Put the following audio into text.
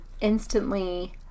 instantly